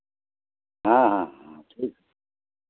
हाँ हाँ हाँ ठीक